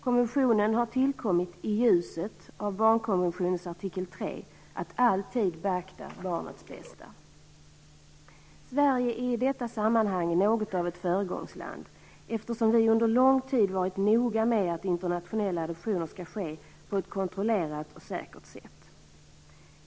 Konventionen har tillkommit i ljuset av barnkonventionens artikel 3 om att alltid beakta barnets bästa. Sverige är i detta sammanhang något av ett föregångsland, eftersom vi under lång tid varit noga med att internationella adoptioner skall ske på ett kontrollerat och säkert sätt.